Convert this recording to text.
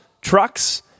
trucks